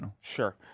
Sure